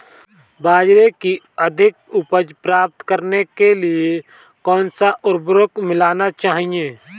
बाजरे की अधिक उपज प्राप्त करने के लिए कौनसा उर्वरक मिलाना चाहिए?